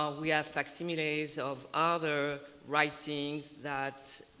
ah we have facsimiles of other writings that